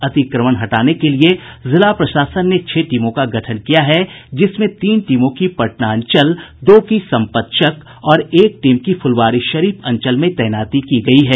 अतिक्रमण हटाने के लिये जिला प्रशासन ने छह टीमों का गठन किया है जिसमें तीन टीमों की पटना अंचल दो को संपतचक और एक टीम की फुलवारीशरीफ अंचल में तैनाती की गयी है